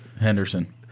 Henderson